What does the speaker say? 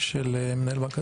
של מנהל בנק הזרע?